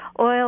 oil